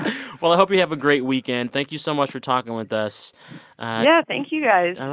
well, i hope you have a great weekend. thank you so much for talking with us yeah. thank you, guys um